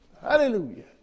Hallelujah